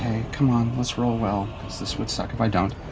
come on, let's roll well, because this would suck if i don't.